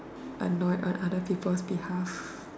annoyed on other people's behalf